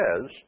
says